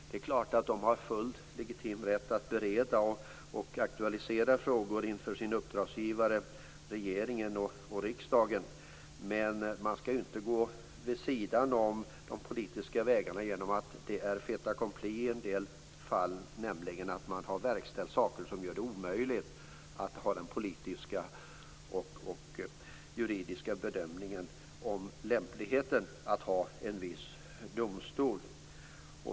Det är klart att man har full rätt att bereda och aktualisera frågor inför sina uppdragsgivare regeringen och riksdagen, men man skall inte gå vid sidan av de politiska vägarna. I en del fall är det fait accompli när man har verkställt saker som gör det omöjligt att göra en politisk och juridisk bedömning om lämpligheten att ha en viss domstol.